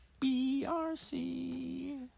BRC